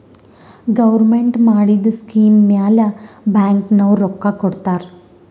government ಮಾಡಿದು scheme ಮ್ಯಾಲ bank ನವ್ರು ರೊಕ್ಕಾ ಕೊಡ್ತಾರ್